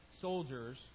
soldiers